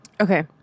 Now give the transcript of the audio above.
Okay